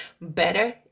better